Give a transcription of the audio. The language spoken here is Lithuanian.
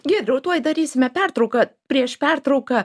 giedriau tuoj darysime pertrauką prieš pertrauką